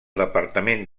departament